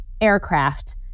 aircraft